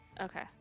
Okay